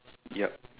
yep